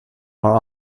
are